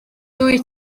dwyt